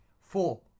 Four